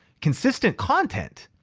consistent content,